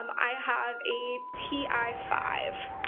um i have a t i five.